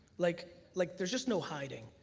like like there's just no hiding.